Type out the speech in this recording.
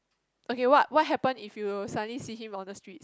okay what what happen if you suddenly see him on the street